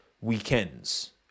weekends